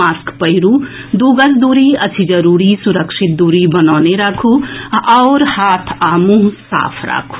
mask पहिरू दू गज दूरी अछि जरूरी सुरक्षित दूरी बनौने राखू आओर हाथ आ मुंह साफ राखू